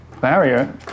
Barrier